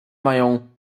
mają